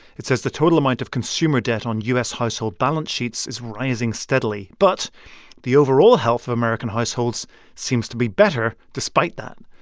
it says the total amount of consumer debt on u s. household balance sheets is rising steadily. but the overall health of american households seems to be better despite that.